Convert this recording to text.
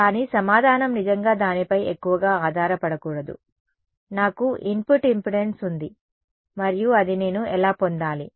కానీ సమాధానం నిజంగా దానిపై ఎక్కువగా ఆధారపడకూడదు నాకు ఇన్పుట్ ఇంపెడెన్స్ ఉంది మరియు అది నేను ఎలా పొందాలి